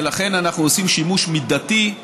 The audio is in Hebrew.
ולכן אנחנו עושים שימוש מידתי,